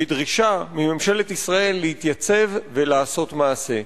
ודרישה מממשלת ישראל להתייצב ולעשות מעשה.